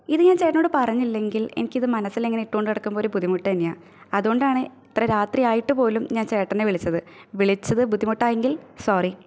ഇത് ഞാന് ചേട്ടനോട് പറഞ്ഞില്ലെങ്കില് എനിക്കിത് മനസ്സിലിങ്ങനെ ഇട്ടോണ്ട് നടക്കുമ്പോൾ ഒരു ബുദ്ധിമുട്ടന്നെയാ അതുകൊണ്ടാണ് ഇത്ര രാതിയായിട്ട് പോലും ഞാന് ചേട്ടനെ വിളിച്ചത് വിളിച്ചത് ബുദ്ധിമുട്ടായെങ്കില് സോറി